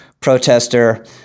protester